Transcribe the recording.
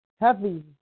Heavy